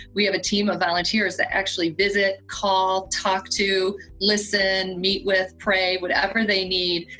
we have a team of volunteers that actually visit, call, talk to, listen, meet with, pray, whatever they need,